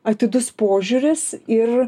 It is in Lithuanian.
atidus požiūris ir